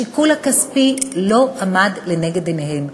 השיקול הכספי לא עמד לנגד עיניהם,